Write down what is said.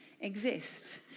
exist